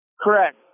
Correct